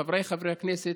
חבריי חברי הכנסת,